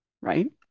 right